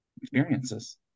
experiences